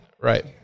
Right